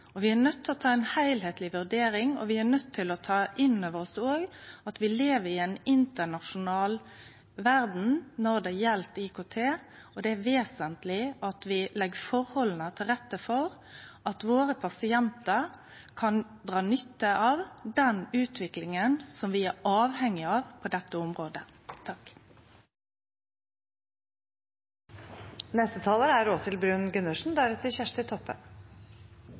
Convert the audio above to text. å ta ei heilskapleg vurdering. Vi er òg nøydde til å ta inn over oss at vi lever i ei internasjonal verd når det gjeld IKT, og det er vesentleg at vi legg forholda til rette for at våre pasientar kan dra nytte av den utviklinga som vi er avhengige av på dette området.